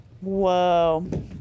Whoa